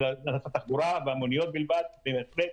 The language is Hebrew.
של ענף התחבורה והמוניות בפרט.